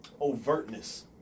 overtness